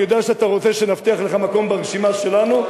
אני יודע שאתה רוצה שנבטיח לך מקום ברשימה שלנו,